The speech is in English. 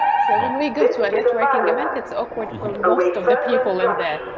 so when we go to a networking event, it's awkward for most of the people in there.